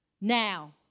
now